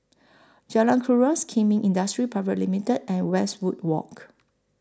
Jalan Kuras Kemin Industries Private Limited and Westwood Walk